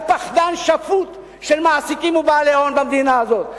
פחדן שפוט של מעסיקים ובעלי הון במדינה הזאת,